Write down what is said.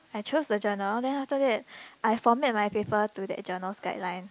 I chose a journal and then after that I format my paper to that journal's guideline